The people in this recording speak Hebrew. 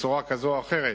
בצורה כזאת או אחרת,